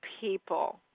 people